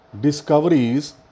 discoveries